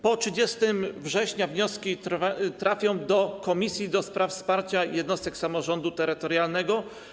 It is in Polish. Po 30 września wnioski trafią do Komisji do spraw Wsparcia Jednostek Samorządu Terytorialnego.